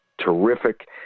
terrific